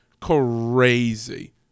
Crazy